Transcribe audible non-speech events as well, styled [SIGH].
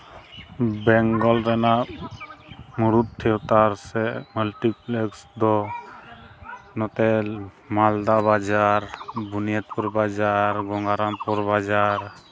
ᱵᱮᱝᱜᱚᱞ ᱨᱮᱱᱟᱜ ᱢᱩᱬᱩᱛ [UNINTELLIGIBLE] ᱥᱮ ᱢᱟᱞᱴᱤᱯᱞᱮᱠᱥ ᱫᱚ ᱱᱚᱛᱮ ᱢᱟᱞᱫᱟ ᱵᱟᱡᱟᱨ ᱵᱩᱱᱤᱭᱟᱹᱫᱽᱯᱩᱨ ᱵᱟᱡᱟᱨ ᱜᱚᱝᱜᱟᱨᱟᱢᱯᱩᱨ ᱵᱟᱡᱟᱨ